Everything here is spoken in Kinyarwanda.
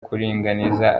kuringaniza